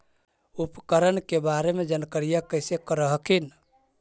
उपकरण के बारे जानकारीया कैसे कर हखिन?